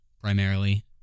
primarily